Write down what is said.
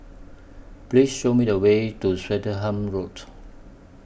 Please Show Me The Way to Swettenham Road